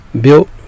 built